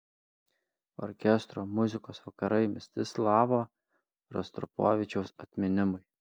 orkestro muzikos vakarai mstislavo rostropovičiaus atminimui